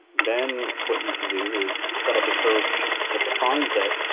then what you can do is set up a search that defines it.